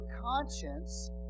conscience